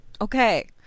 Okay